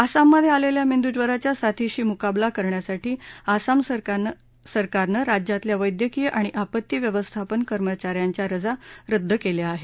आसाममधे आलेल्या मेंदुज्वराच्या साथीशी मुकाबला करण्यासाठी आसाम सरकारनं राज्यातल्या वैद्यकीय आणि आपत्ती व्यवस्थापन कर्मचा यांच्या रजा रद्द केल्या आहेत